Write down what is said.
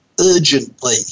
urgently